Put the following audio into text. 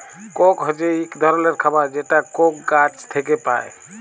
Coke হছে ইক ধরলের খাবার যেটা কোক গাহাচ থ্যাইকে পায়